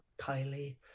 Kylie